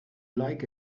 like